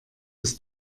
dass